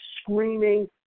screaming